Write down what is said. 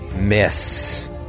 Miss